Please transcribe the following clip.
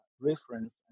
reference